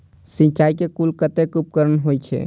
सिंचाई के कुल कतेक उपकरण होई छै?